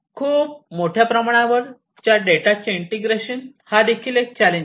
खूप मोठ्या प्रमाणावर च्या डेटाचे इंटिग्रेशन हा देखील एक चॅलेंज आहे